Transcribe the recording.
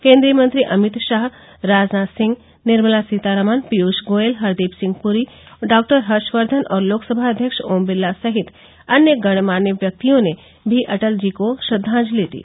केंद्रीय मंत्री अमित शाह राजनाथ सिंह निर्मला सीतारमन पीयूष गोयल हरदीप सिंह पुरी डॉक्टर हर्षवर्धन और लोकसभा अध्यक्ष ओम बिरला सहित अन्य गणमान्य व्यक्तियों ने भी अटल जी को श्रद्वाजलि दी